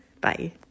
Bye